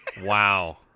Wow